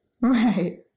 Right